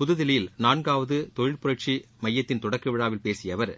புதுதில்லியில் நான்காவது தொழில்துறை புரட்சி மையத்தின் தொடக்க விழாவில் பேசிய அவர்